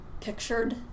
pictured